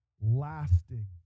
lasting